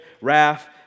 wrath